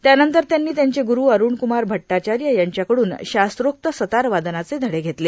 त्यानंतर त्यांनी त्यांचे ग्रू अरूणकुमार भट्टाचार्य यांच्याकड्रन शास्त्रोक्त सतारवादनाचे धडे घेतले